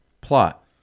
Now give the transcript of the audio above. Plot